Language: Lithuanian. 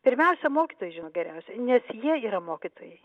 pirmiausia mokytojai žino geriausiai nes jie yra mokytojai